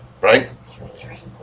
right